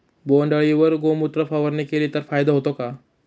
बोंडअळीवर गोमूत्र फवारणी केली तर फायदा होतो का?